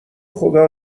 خدا